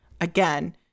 again